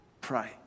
Pray